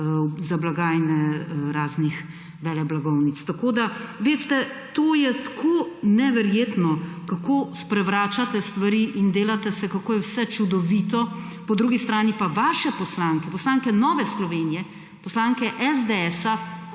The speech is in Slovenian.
za blagajne raznih veleblagovnic. Veste, to je tako neverjetno, kako sprevračate stvari in delate se, kako je vse čudovito. Po drugi strani pa vaše poslanke, poslanke Nove Slovenije, poslanke SDS